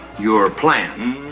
your plan?